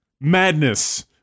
madness